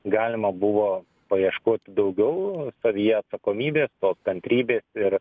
galima buvo paieškoti daugiau savyje atsakomybės tos kantrybės ir